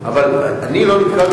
יש הגדרה, אבל אני לא נתקלתי.